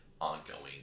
ongoing